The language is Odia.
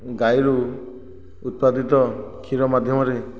ଗାଈରୁ ଉତ୍ପାଦିତ କ୍ଷୀର ମାଧ୍ୟମରେ